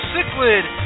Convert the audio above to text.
Cichlid